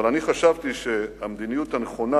אבל אני חשבתי שהמדיניות הנכונה